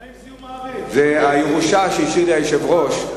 זו הירושה שהשאיר לי היושב-ראש,